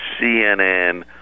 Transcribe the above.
CNN